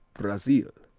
brazil